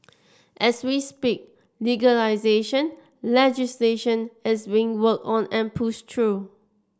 as we speak legalisation legislation is being worked on and pushed through